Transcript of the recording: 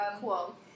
cool